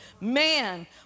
Man